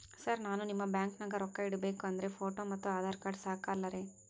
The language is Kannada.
ಸರ್ ನಾನು ನಿಮ್ಮ ಬ್ಯಾಂಕನಾಗ ರೊಕ್ಕ ಇಡಬೇಕು ಅಂದ್ರೇ ಫೋಟೋ ಮತ್ತು ಆಧಾರ್ ಕಾರ್ಡ್ ಸಾಕ ಅಲ್ಲರೇ?